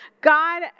God